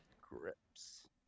grips